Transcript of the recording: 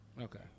Okay